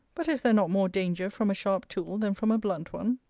but is there not more danger from a sharp tool than from a blunt one?